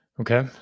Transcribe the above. Okay